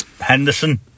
Henderson